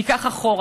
ייקח אחורה.